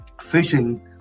fishing